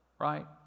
right